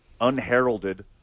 unheralded